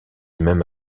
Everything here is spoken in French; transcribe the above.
même